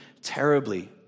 terribly